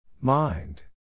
Mind